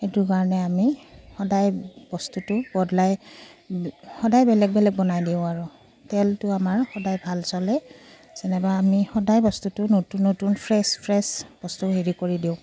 সেইটো কাৰণে আমি সদায় বস্তুটো বদলাই সদায় বেলেগ বেলেগ বনাই দিওঁ আৰু তেলটো আমাৰ সদায় ভাল চলে যেনিবা আমি সদায় বস্তুটো নতুন নতুন ফ্ৰেছ ফ্ৰেছ বস্তু হেৰি কৰি দিওঁ